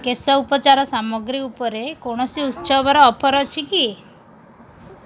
କେଶ ଉପଚାର ସାମଗ୍ରୀ ଉପରେ କୌଣସି ଉତ୍ସବର ଅଫର୍ ଅଛି କି